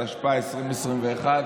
התשפ"א 2021,